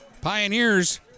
Pioneers